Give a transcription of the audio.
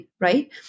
right